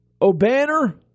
O'Banner